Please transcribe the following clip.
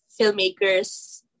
filmmakers